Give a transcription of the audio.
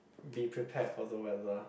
be prepared for the weather